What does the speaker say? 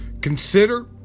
Consider